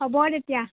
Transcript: হ'ব তেতিয়া